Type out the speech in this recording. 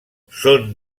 són